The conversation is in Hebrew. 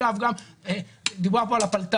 אגב דיברו פה על הפלת"ד,